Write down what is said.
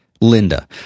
Linda